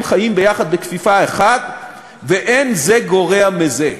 חיים ביחד בכפיפה אחת ואין זה גורע מזה.